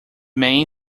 main